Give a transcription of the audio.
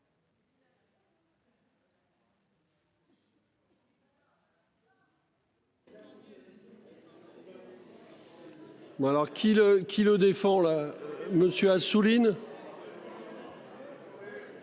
qui le défend là monsieur Assouline.